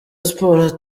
sports